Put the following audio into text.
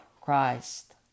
Christ